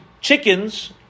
Chickens